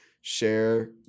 share